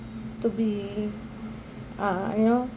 to be uh you know